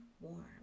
warm